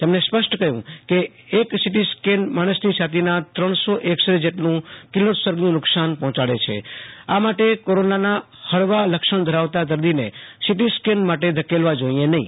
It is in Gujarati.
તેમણે સ્પષ્ટ કહ્યું છે કે એક સિટી સ્કૅન માણસની છાતી ના ત્રણસો એક્સ રે જેટલું કિરણોત્સર્ગનું નુ કસાન પહોંચાડે છે માટે કોરોના ના હળવા લક્ષણ ધરાવતા દર્દીને સિટી સ્કેન માટે ધકેલવા જોઈએ નહીં